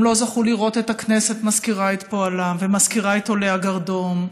הם לא זכו לראות את הכנסת מזכירה את פועלם ומזכירה את עולי הגרדום.